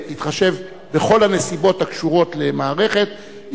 בהתחשב בכל הנסיבות הקשורות למערכת,